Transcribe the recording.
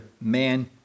man